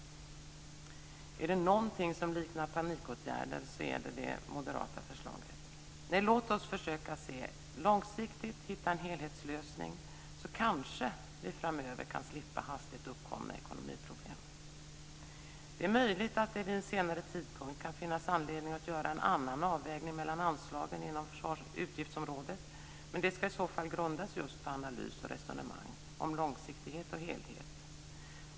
Är det någonting som liknar panikåtgärder så är det Moderaternas förslag. Nej, låt oss försöka se långsiktigt och hitta en helhetslösning, så kanske vi framöver kan slippa hastigt uppkomna ekonomiproblem. Det är möjligt att det vid en senare tidpunkt kan finnas anledning att göra en annan avvägning mellan anslagen inom utgiftsområdet, men den ska i så fall grundas just på analys och resonemang om långsiktighet och helhet.